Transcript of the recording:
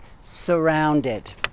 surrounded